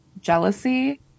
jealousy